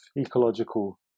ecological